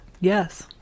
Yes